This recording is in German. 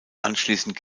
anschließend